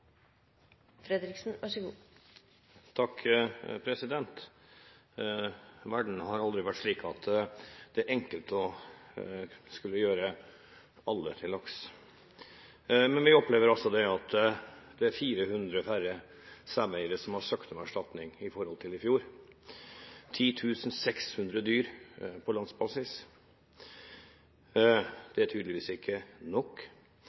Verden har aldri vært slik at det er enkelt å skulle gjøre alle til lags, men vi opplever altså at det er 400 færre saueeiere som har søkt om erstatning i forhold til i fjor, 10 600 dyr på landsbasis. Det er tydeligvis ikke nok.